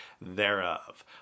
thereof